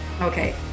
Okay